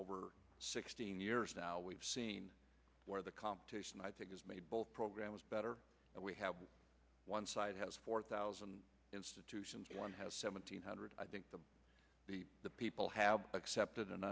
over sixteen years now we've seen where the competition i think has made both programs better we have one side has four thousand institutions and one has seventeen hundred i think the people have accepted and